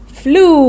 flu